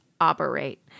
operate